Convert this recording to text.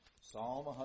Psalm